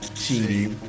cheating